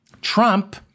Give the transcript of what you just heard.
Trump